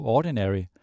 Ordinary